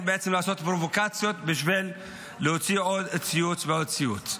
בעצם לעשות פרובוקציות בשביל להוציא עוד ציוץ ועוד ציוץ.